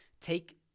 Take